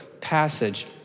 passage